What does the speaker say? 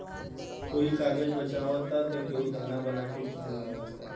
कोई कागज बचावता त केहू दाना बना के खिआवता